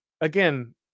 again